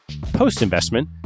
Post-investment